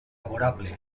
favorable